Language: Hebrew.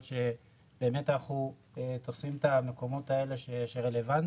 שבאמת אנחנו תופסים את המקומות האלה שרלוונטיים.